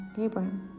Abraham